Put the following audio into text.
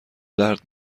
درد